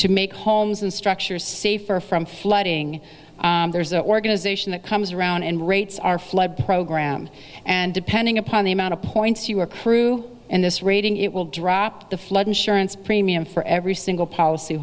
to make homes and structures safer from flooding there's an organization that comes around and rates our flood program and depending upon the amount of points you are crew and this rating it will drop the flood insurance premium for every single